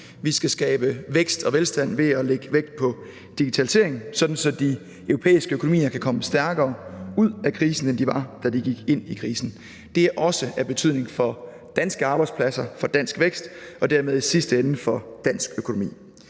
Vi skal skabe vækst og velstand ved at lægge vægt på digitalisering, sådan så de europæiske økonomier kan komme stærkere ud af krisen, end de var, da de gik ind i krisen. Det er også af betydning for danske arbejdspladser, for dansk vækst og dermed i sidste ende for dansk økonomi.